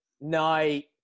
night